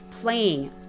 playing